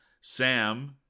Sam